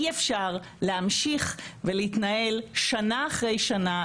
אי אפשר להמשיך ולהתנהל שנה אחרי שנה,